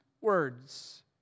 words